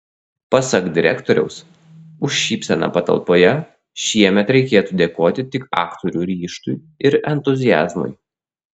pasak direktoriaus už šypseną palatoje šiemet reikėtų dėkoti tik aktorių ryžtui ir entuziazmui